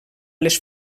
les